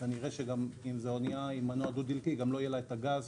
וכנראה שאם זהו אונייה אם מנוע דו-דלקי אז גם לא יהיה לה הגז